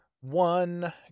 one